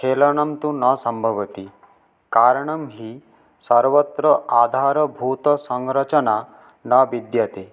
खेलनं तु न सम्भवति कारणं हि सर्वत्र आधारभूतसंरचना न विद्यते